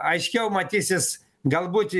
aiškiau matysis galbūt